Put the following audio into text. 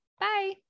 Bye